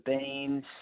beans